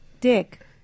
dick